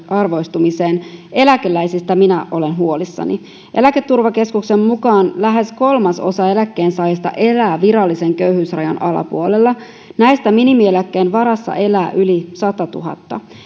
eriarvoistumiseen niin eläkeläisistä minä olen huolissani eläketurvakeskuksen mukaan lähes kolmasosa eläkkeensaajista elää virallisen köyhyysrajan alapuolella näistä minimieläkkeen varassa elää yli satatuhatta